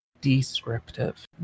descriptive